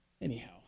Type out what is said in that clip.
Anyhow